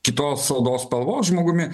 kitos odos spalvos žmogumi